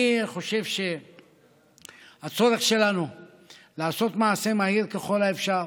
אני חושב שהצורך שלנו לעשות מעשה מהיר ככל האפשר,